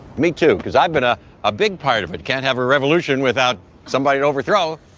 me too because i've been ah a big part of it can't have a revolution without somebody to overthrow,